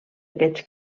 aquests